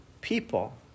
people